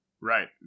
Right